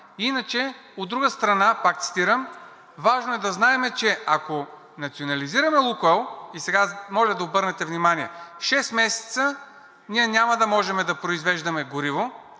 „Иначе, от друга страна – пак цитирам – важно е да знаем, че ако национализираме „Лукойл“ – и сега, моля да обърнете внимание – шест месеца ние няма да можем да произвеждаме гориво.